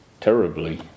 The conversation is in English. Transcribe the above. terribly